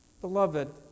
Beloved